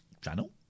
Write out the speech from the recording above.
channel